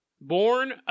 born